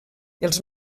els